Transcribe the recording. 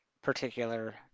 particular